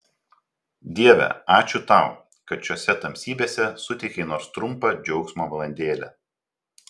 dieve ačiū tau kad šiose tamsybėse suteikei nors trumpą džiaugsmo valandėlę